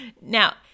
Now